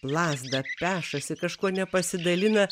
lazdą nešasi kažkuo nepasidalina